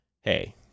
hey